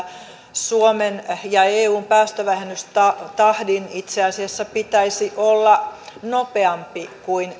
suomen ja eun päästövähennystahdin itse asiassa pitäisi olla nopeampi kuin